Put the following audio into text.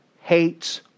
hates